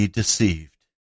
Deceived